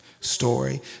Story